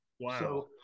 Wow